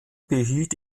behielt